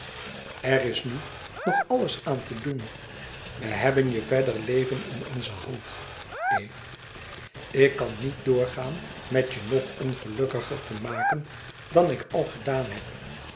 er is nu nog alles aan te doen we hebben je verder leven in onze hand eve en ik kan niet doorgaan met je nog ongelukkiger te maken dan ik al gedaan heb